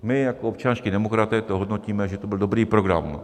My jako občanští demokraté to hodnotíme, že to byl dobrý program.